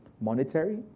monetary